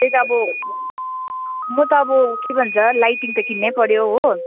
त्यही त अब म त अब के भन्छ लाइटिङ त किन्न पऱ्यो हो